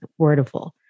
Wordiful